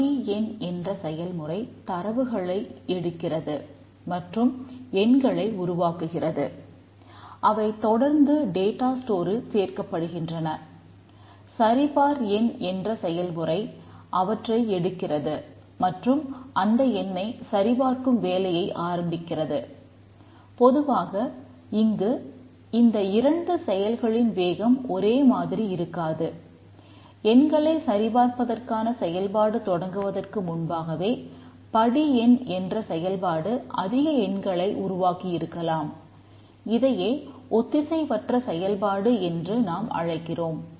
படி எண் என்ற செயல்முறை தரவுகளை எடுக்கிறது மற்றும் எண்களை உருவாக்குகிறது